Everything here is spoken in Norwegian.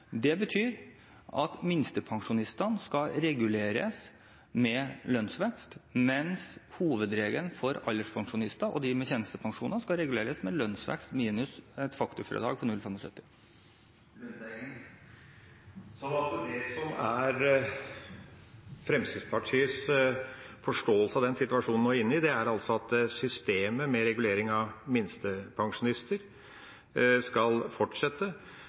Det betyr at minstepensjoner skal reguleres med lønnsvekst, mens hovedregelen for alderspensjonister og dem med tjenestepensjoner er at pensjonen skal reguleres med lønnsvekst minus et de facto-fradrag på 0,75 pst. Så det som er Fremskrittspartiets forståelse av den situasjonen vi nå er i, er at systemet med regulering av minstepensjoner skal fortsette,